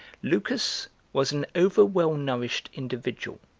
lucas was an over-well nourished individual,